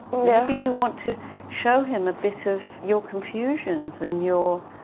maybe you want to show him a bit of your confusions and your,